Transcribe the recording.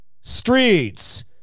streets